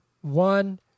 one